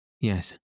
Yes